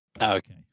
Okay